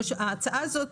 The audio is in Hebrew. ההצעה הזאת